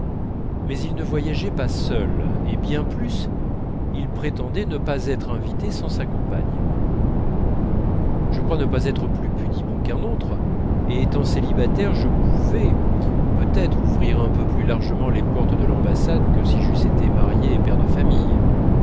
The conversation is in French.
mais il ne voyageait pas seul et bien plus il prétendait ne pas être invité sans sa compagne je crois ne pas être plus pudibond qu'un autre et étant célibataire je pouvais peut-être ouvrir un peu plus largement les portes de l'ambassade que si j'eusse été marié et père de famille